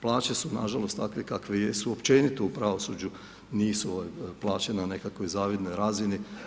Plaće su nažalost takve kakve jesu, općenito u pravosuđu nisu plaćene na nekakvoj zavidnoj razini.